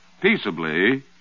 peaceably